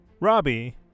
Robbie